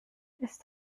ist